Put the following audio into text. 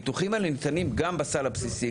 הניתוחים האלה ניתנים גם בסל הבסיסי,